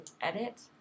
edit